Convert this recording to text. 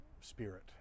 spirit